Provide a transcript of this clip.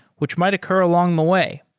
which might occur along the way.